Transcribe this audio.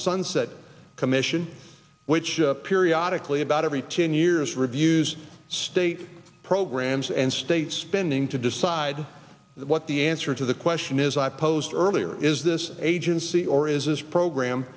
sunset commission which periodic leigh about every ten years reviews state programs and state spending to decide what the answer to the question is i posed earlier is this agency or is this program